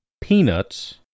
peanuts